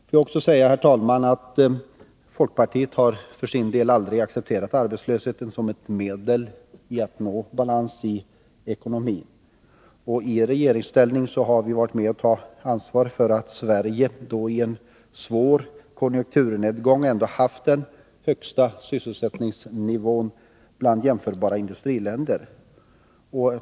Får jag också säga, herr talman, att folkpartiet för sin del aldrig har accepterat arbetslösheten som ett medel att nå balans i ekonomin, I regeringsställning har vi varit med om att ta ansvar för att Sverige, då i en svår konjunkturnedgång, haft den högsta sysselsättningsnivån bland jämförbara industriländer.